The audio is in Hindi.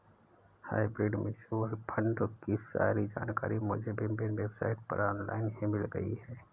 हाइब्रिड म्यूच्यूअल फण्ड की सारी जानकारी मुझे विभिन्न वेबसाइट पर ऑनलाइन ही मिल गयी